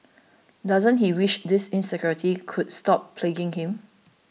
doesn't he wish these insecurities could stop plaguing him